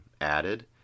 added